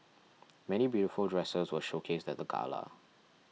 many beautiful dresses were showcased at the gala